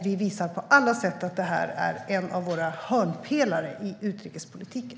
Vi visar på alla sätt att det är en av våra hörnpelare i utrikespolitiken.